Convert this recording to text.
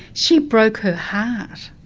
she broke her heart.